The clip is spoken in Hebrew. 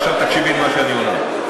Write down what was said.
עכשיו תקשיבי למה שאני אומר.